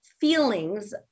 feelings